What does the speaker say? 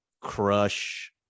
crush